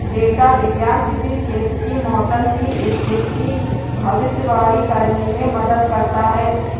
data विज्ञान किसी क्षेत्र की मौसम की स्थिति की भविष्यवाणी करने में मदद करता है